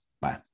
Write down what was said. Bye